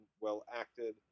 well-acted